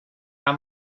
how